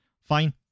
Fine